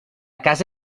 casa